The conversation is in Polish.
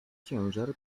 ciężar